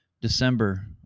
December